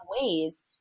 ways